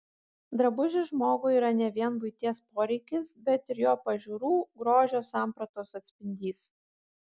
drabužis žmogui yra ne vien buities poreikis bet ir jo pažiūrų grožio sampratos atspindys